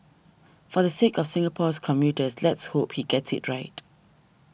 for the sake of Singapore's commuters let's hope he gets it right